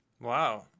Wow